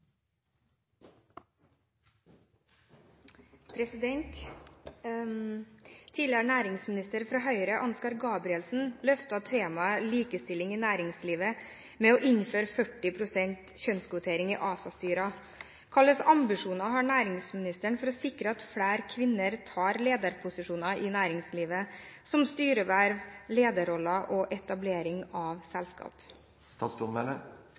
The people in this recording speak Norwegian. næringsminister fra Høyre Ansgar Gabrielsen løftet temaet likestilling i næringslivet med å innføre 40 pst. kjønnskvotering i ASA-styrene. Hvilke ambisjoner har statsråden for å sikre at flere kvinner tar lederposisjoner i næringslivet, som styreverv, lederroller og etablering av